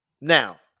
now